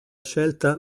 scelta